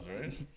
right